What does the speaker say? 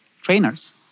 trainers